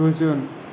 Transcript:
गोजोन